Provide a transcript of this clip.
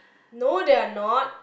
no they are not